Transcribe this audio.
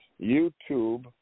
YouTube